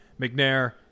McNair –